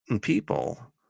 people